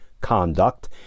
conduct